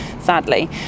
sadly